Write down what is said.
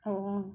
oh